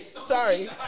Sorry